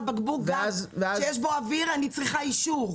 על בקבוק גז שיש בו אוויר אני צריכה אישור.